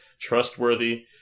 trustworthy